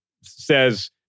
says